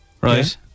Right